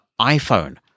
iPhone